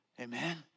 amen